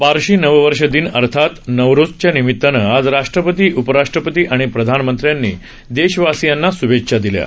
पारशी नववर्ष दिन अर्थात नवरोझच्या निमित्तानं आज राष्ट्रपती उपराष्ट्रपती आणि प्रधानमंत्र्यांनी देशवासियांना श्भेच्छा दिल्या आहेत